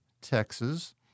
Texas